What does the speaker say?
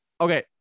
okay